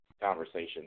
conversation